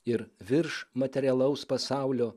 ir virš materialaus pasaulio